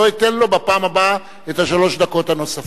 לא אתן לו בפעם הבאה את שלוש הדקות הנוספות.